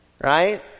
right